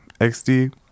XD